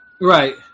Right